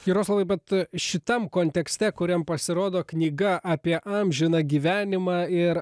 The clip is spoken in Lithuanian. jaroslavai bet šitam kontekste kuriam pasirodo knyga apie amžiną gyvenimą ir